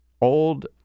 Old